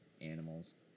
animals